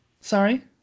Sorry